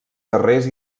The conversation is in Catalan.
guerrers